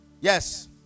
yes